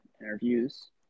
interviews